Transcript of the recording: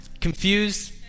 confused